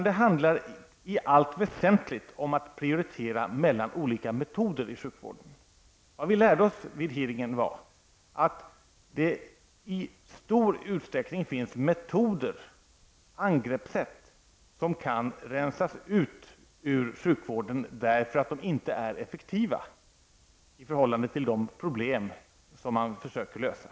Det handlar i allt väsentligt om att prioritera mellan olika metoder i sjukvården. Vid hearingen lärde vi oss att det i stor utsträckning finns metoder, angreppssätt, som kan rensas ut ur sjukvården därför att de inte är effektiva i förhållande till de problem som man försöker lösa.